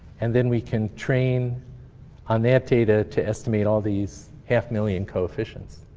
and then we can train on that data to estimate all these half million coefficients.